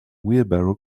wheelbarrow